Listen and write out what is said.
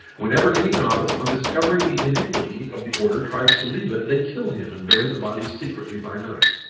whenever any novice, on discovering the iniquity of the order, tries to leave it, they kill him and bury the body secretly by night.